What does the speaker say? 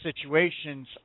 situations